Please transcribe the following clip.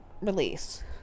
release